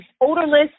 odorless